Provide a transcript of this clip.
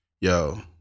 Yo